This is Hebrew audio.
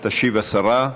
תשיב השרה.